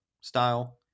style